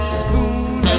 spoon